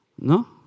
No